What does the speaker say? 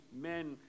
men